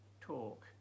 talk